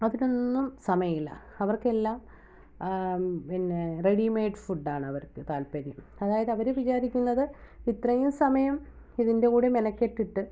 അതിനൊന്നും സമയില്ല അവർക്കെല്ലാം പിന്നേ റെഡിമേയ്ഡ് ഫുഡ്ഡാണവർക്ക് താൽപര്യം അതായത് അവര് വിചാരിക്കുന്നത് ഇത്രയും സമയം ഇതിൻ്റെ കൂടെ മെനക്കെട്ടിട്ട്